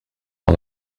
all